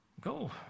go